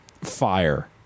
fire